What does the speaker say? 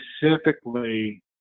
specifically